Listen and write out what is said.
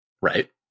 Right